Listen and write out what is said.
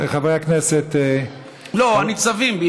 חברי הכנסת, לא, הניצבים.